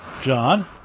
John